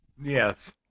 Yes